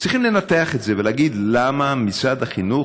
צריכים לנתח את זה ולהגיד למה משרד החינוך